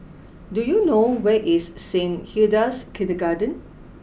do you know where is Saint Hilda's Kindergarten